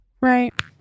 Right